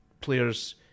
players